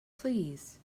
please